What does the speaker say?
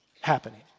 happening